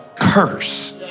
curse